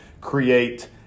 create